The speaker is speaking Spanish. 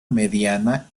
mediana